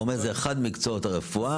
אתה אומר שזה אחד ממקצועות הרפואה.